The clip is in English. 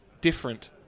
different